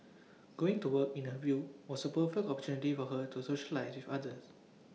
going to work in her view was A perfect opportunity for her to socialise with others